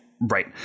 Right